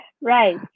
right